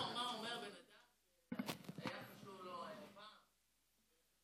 מעניין אותי מה אומר בן אדם שהיה חשוב לו פעם להילחם בשחיתות.